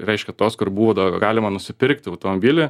reiškia tos kur buvo da galima nusipirkti automobilį